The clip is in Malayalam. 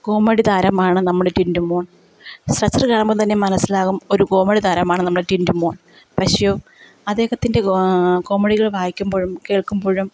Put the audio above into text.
കോമഡി താരമാണ് നമ്മുടെ ടിൻറ്റു മോൻ സ്ട്രക്ച്ചർ കാണുമ്പോൾ തന്നെ മനസ്സിലാകും ഒരു കോമഡി താരമാണ് നമ്മുടെ ടിൻറ്റു മോൻ പക്ഷേ അദ്ദേഹത്തിൻ്റെ കോമഡികൾ വായിക്കുമ്പോഴും കേൾക്കുമ്പോഴും